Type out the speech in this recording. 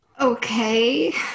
Okay